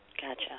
Gotcha